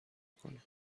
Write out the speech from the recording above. کنیم